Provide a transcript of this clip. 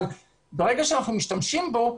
אבל ברגע שאנחנו משתמשים בו,